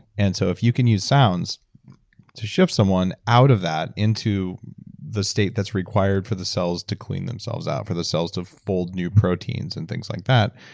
and so if you can use sounds to shift someone out of that into the state that's required for the cells to clean themselves out, for the cells to fold new proteins and things like that,